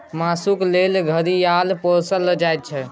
मासुक लेल घड़ियाल पोसल जाइ छै